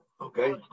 Okay